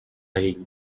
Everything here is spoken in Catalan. ell